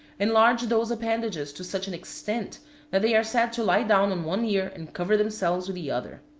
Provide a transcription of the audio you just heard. enlarge those appendages to such an extent that they are said to lie down on one ear and cover themselves with the other.